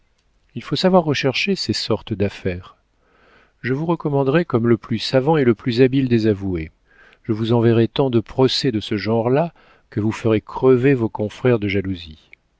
il faut savoir rechercher ces sortes d'affaires je vous recommanderai comme le plus savant et le plus habile des avoués je vous enverrai tant de procès de ce genre-là que vous ferez crever vos confrères de jalousie